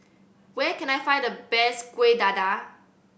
where can I find the best Kueh Dadar